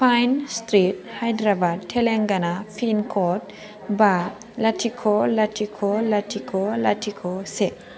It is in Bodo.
fine street Hyderabad Telangana pin code बा लाथिख' लाथिख' लाथिख' लाथिख' से